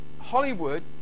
Hollywood